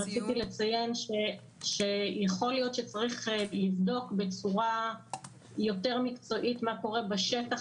רציתי לציין שיכול להיות שצריך לבדוק בצורה יותר מקצועית מה קורה בשטח